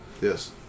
Yes